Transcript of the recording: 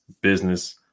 business